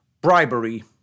bribery